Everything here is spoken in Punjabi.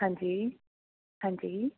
ਹਾਂਜੀ ਹਾਂਜੀ